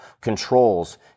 controls